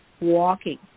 walking